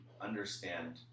understand